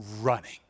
running